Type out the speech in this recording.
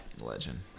Legend